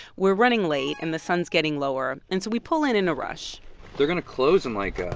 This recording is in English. we're running late, and the sun's getting lower. and so we pull in in a rush they're going to close in, like, ah